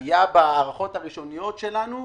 היה בהערכות הראשוניות שלנו,